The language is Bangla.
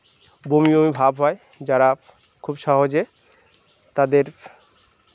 বমি বমি ভাব হয় যারা খুব সহজে তাদের